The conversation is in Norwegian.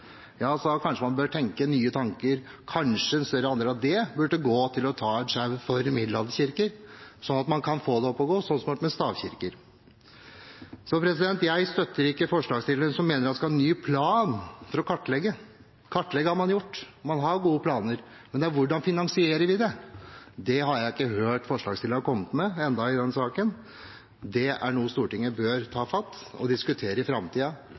bør man kanskje tenke nye tanker – kanskje en større andel av det burde gå til å ta en sjau for middelalderkirker, slik at man kan få det opp å gå, slik som man har gjort med stavkirker? Så jeg støtter ikke forslagsstillerne, som mener at vi skal ha en ny plan for å kartlegge. Kartlegge har man gjort, man har gode planer, men hvordan finansierer vi det? Det har jeg ennå ikke hørt forslagsstillerne komme med i denne saken. Det er noe Stortinget bør ta fatt i og diskutere i